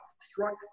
struck